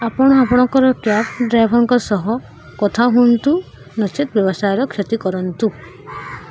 ଆପଣ ଆପଣଙ୍କର କ୍ୟାବ୍ ଡ୍ରାଇଭର୍ଙ୍କ ସହ କଥା ହୁଅନ୍ତୁ ନଚେତ୍ ବ୍ୟବସାୟର କ୍ଷତି କରନ୍ତୁ